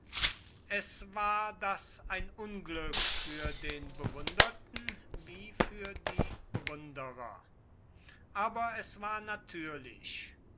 es war das ein unglück für den bewunderten wie für die bewunderer aber es war natürlich